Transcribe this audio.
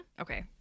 okay